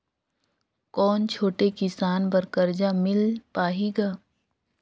कौन छोटे किसान बर कर्जा मिल पाही ग?